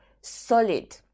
solid